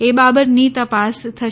એ બાબતની તપાસ થશે